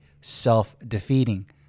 self-defeating